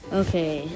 okay